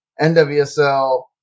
NWSL